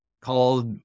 called